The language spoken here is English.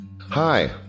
Hi